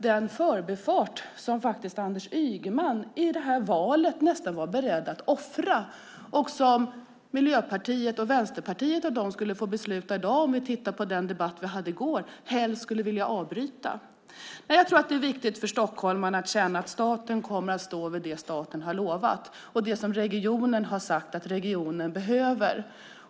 Det här är den förbifart som Anders Ygeman faktiskt var beredd att offra i valet och som Miljöpartiet och Vänsterpartiet, om de kunde fatta beslut i dag med tanke på den debatt vi hade i går, helst skulle vilja avbryta. Det är viktigt för stockholmarna att känna att staten kommer att stå vid det staten har lovat och det som regionen har sagt att regionen behöver.